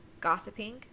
gossiping